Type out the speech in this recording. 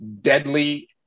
Deadly